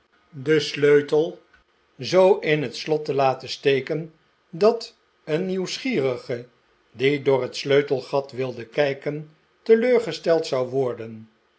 den sleutel zoo in het slot te laten maarten chuzzlewit steken dat een nieuwsgierige die door het sleutelgat wilde kijken teleurgesteld zou worden